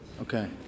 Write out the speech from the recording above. Okay